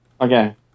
Okay